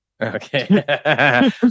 Okay